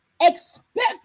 Expect